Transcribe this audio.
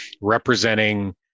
representing